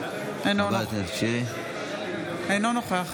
אינו נוכח